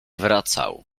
wracał